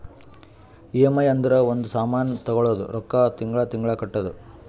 EMI ಅಂದುರ್ ಒಂದ್ ಸಾಮಾನ್ ತಗೊಳದು ರೊಕ್ಕಾ ತಿಂಗಳಾ ತಿಂಗಳಾ ಕಟ್ಟದು